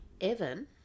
Evan